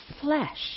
flesh